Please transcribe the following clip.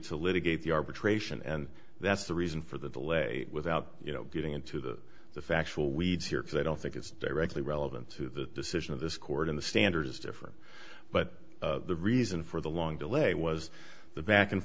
arbitration and that's the reason for the delay without you know getting into the the factual weeds here because i don't think it's directly relevant to the decision of this court in the standard is different but the reason for the long delay was the back and